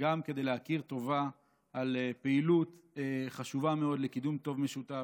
גם כדי להכיר טובה על פעילות חשובה מאוד לקידום טוב משותף,